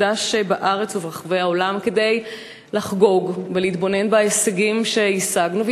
מוקדש בארץ וברחבי העולם לחגוג ולהתבונן בהישגים שהשגנו,